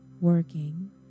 working